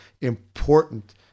important